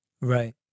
Right